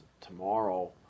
tomorrow